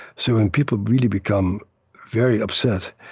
so when people really become very upset,